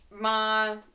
Ma